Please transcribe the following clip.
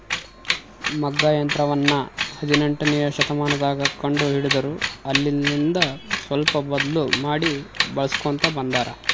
ಮಗ್ಗ ಯಂತ್ರವನ್ನ ಹದಿನೆಂಟನೆಯ ಶತಮಾನದಗ ಕಂಡು ಹಿಡಿದರು ಅಲ್ಲೆಲಿಂದ ಸ್ವಲ್ಪ ಬದ್ಲು ಮಾಡಿ ಬಳಿಸ್ಕೊಂತ ಬಂದಾರ